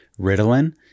ritalin